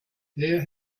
there